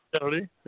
Kennedy